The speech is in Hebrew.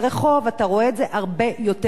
אתה רואה את זה הרבה יותר במרכז,